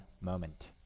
moment